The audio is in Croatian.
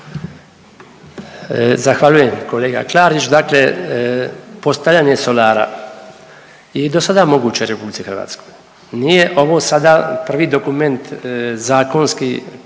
Zahvaljujem kolega Klarić. Dakle, postavljanje solara i dosada moguće u RH. Nije ovo sada prvi dokument zakonski